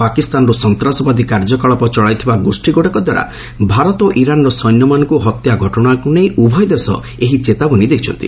ପାକିସ୍ତାନର୍ ସନ୍ତାସବାଦୀ କାର୍ଯ୍ୟକଳାପ ଚଳାଇଥିବା ଗୋଷୀଗ୍ରଡ଼ିକଦ୍ୱାରା ଭାରତ ଓ ଇରାନ୍ର ସୈନ୍ୟମାନଙ୍କ ହତ୍ୟା ଘଟଣାକୁ ନେଇ ଉଭୟ ଦେଶ ଏହି ଚେତାବନୀ ଦେଇଛନ୍ତି